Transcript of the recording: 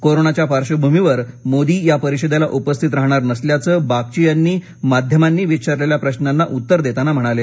कोरोनाच्या पार्श्वभूमीवर मोदी या परिषदेला उपस्थित राहणार नसल्याचं बागची यांनी माध्यमांनी विचारलेल्या प्रश्नांना उत्तर देताना म्हणाले